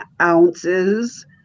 ounces